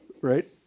right